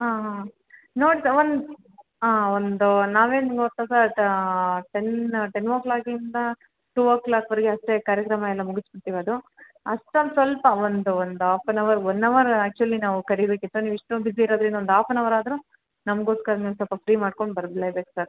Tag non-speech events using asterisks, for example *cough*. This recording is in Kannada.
ಹಾಂ ಹಾಂ ನೋಡಿ ಸರ್ ಒಂದು ಹಾಂ ಒಂದು ನಾವೇನು *unintelligible* ಟೆನ್ ಟೆನ್ ಓ ಕ್ಲಾಕಿಂದ ಟು ಓ ಕ್ಲಾಕ್ ವರೆಗೆ ಅಷ್ಟೇ ಈ ಕಾರ್ಯಕ್ರಮ ಎಲ್ಲ ಮುಗಿಸ್ಬಿಡ್ತೀವ್ ಅದು ಅಷ್ಟ್ರಲ್ಲಿ ಸ್ವಲ್ಪ ಒಂದು ಒಂದು half an hour one hour actually ನಾವು ಕರಿಬೇಕಿತ್ತು ನೀವು ಇಷ್ಟೊಂದು ಬಿಸಿ ಇರೋದರಿಂದ ಒಂದು ಹಾಫ್ ಆನ್ ಅವರ್ ಆದರೂ ನಮಗೋಸ್ಕರ ನೀವು ಸ್ವಲ್ಪ ಫ್ರೀ ಮಾಡ್ಕೊಂಡು ಬರ್ಲೇಬೇಕು ಸರ್